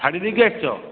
ଛାଡ଼ିଦେଇକି ଆସିଛ